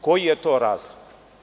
Koji je to razlog?